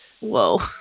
Whoa